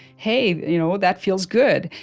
hey, you know that feels good,